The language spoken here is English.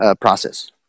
process